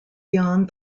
beyond